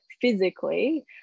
physically